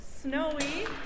snowy